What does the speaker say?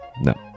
No